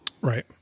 Right